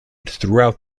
throughout